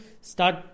start